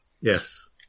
Yes